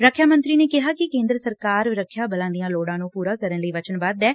ਰੱਖਿਆ ਮੰਤਰੀ ਨੇ ਕਿਹਾ ਕਿ ਕੇਂਦਰ ਸਰਕਾਰ ਸਾਡੀਆਂ ਰੱਖਿਆ ਬਲਾਂ ਦੀਆਂ ਲੋਤਾਂ ਨੂੰ ਪੁਰਾ ਕਰਨ ਲਈ ਵਚਨਬੱਧ ਐ